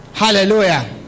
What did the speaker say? Hallelujah